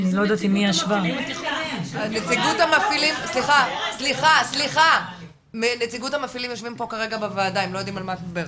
נציגות המפעילים יושבים פה כרגע בוועדה והם לא יודעים על מה את מדברת.